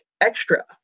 extra